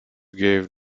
gave